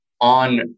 on